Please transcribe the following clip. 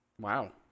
Wow